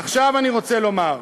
עכשיו אני רוצה לומר: